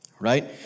right